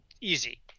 Easy